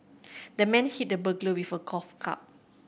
the man hit the burglar with a golf club